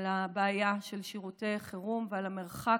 על הבעיה של שירותי חירום ועל המרחק